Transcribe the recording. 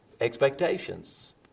expectations